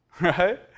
right